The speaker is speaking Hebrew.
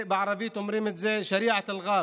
ובערבית אומרים את זה: (אומר בערבית: חוק הג'ונגל,